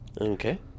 Okay